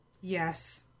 yes